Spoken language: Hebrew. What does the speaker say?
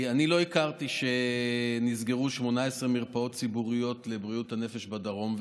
אני לא הכרתי שנסגרו 18 מרפאות ציבוריות לבריאות הנפש בדרום.